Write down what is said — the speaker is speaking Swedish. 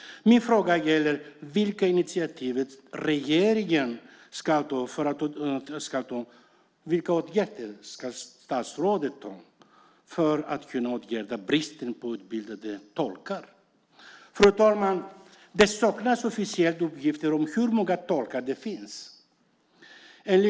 Min fråga är: Vilka initiativ ska regeringen ta? Vilka åtgärder ska statsrådet vidta för att åtgärda bristen på utbildade tolkar? Fru talman! Det saknas officiella uppgifter om hur många tolkar det finns.